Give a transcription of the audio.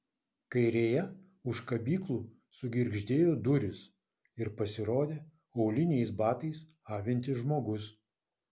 kairėje už kabyklų sugirgždėjo durys ir pasirodė auliniais batais avintis žmogus